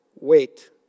Wait